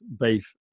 beef